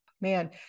man